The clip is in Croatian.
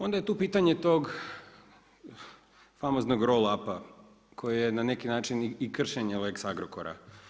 Onda je tu pitanje tog famoznog roll up-a koji je na neki način i kršenje lex Agrokora.